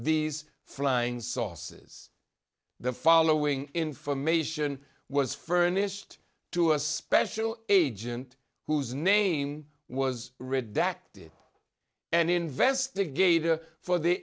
these flying sauces the following information was furnished to a special agent whose name was redacted and investigator for the